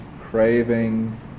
craving